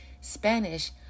Spanish